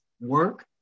work